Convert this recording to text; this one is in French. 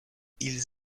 ils